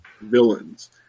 villains